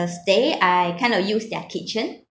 ~e stay I kind of used their kitchen